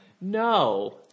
No